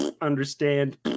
understand